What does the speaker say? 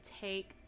take